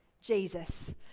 Jesus